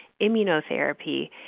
Immunotherapy